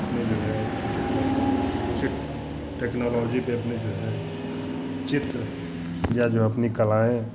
में जो है उसी टेक्नोलॉजी पर अपने जो है चित्र या जो हैं अपनी कलाएँ